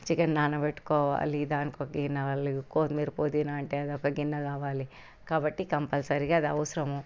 chicken నానబెట్టుకోవాలి దాని తర్వాత కొత్తిమీర పుదీనా అంటే ఒక గిన్నె కావాలి కాబట్టి కంపల్సరిగా అది అవసరము